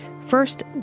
First